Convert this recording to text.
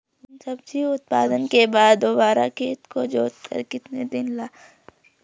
सब्जी उत्पादन के बाद दोबारा खेत को जोतकर कितने दिन खाली रखना होता है?